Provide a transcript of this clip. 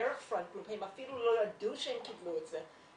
דרך --- הם אפילו לא ידעו שהם קיבלו את זה.